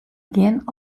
gjin